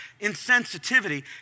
insensitivity